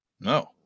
No